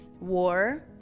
war